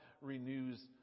renews